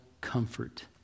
comfort